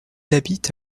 habite